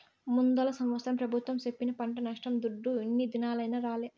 ముందల సంవత్సరం పెబుత్వం సెప్పిన పంట నష్టం దుడ్డు ఇన్ని దినాలైనా రాలే